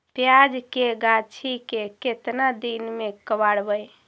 प्याज के गाछि के केतना दिन में कबाड़बै?